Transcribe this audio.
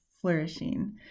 flourishing